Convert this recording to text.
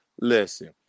Listen